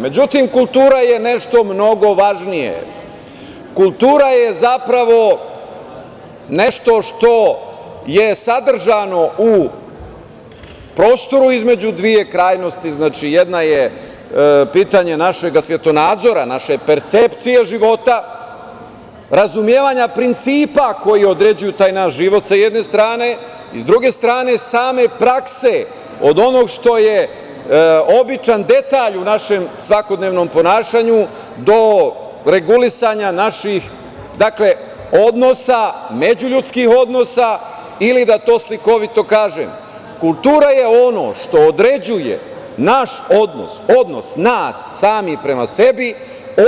Međutim, kultura je nešto mnogo važnije, kultura je zapravo nešto što je sadržano u prostoru između dve krajnosti, znači, jedna je pitanje našeg svetonadzora, naše percepcije života, razumevanja principa koji određuju taj naš život sa jedne strane, i s druge strane, same prakse od onog što je običan detalj u našem svakodnevnom ponašanju, do regulisanja naših odnosa, međuljudskih odnosa, ili da to slikovito kažem, kultura je ono što određuje naš odnos, odnos nas samih prema sebi,